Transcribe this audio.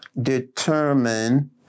determine